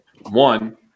One